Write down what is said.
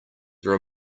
there